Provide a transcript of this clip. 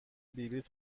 بلیط